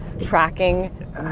tracking